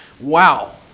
wow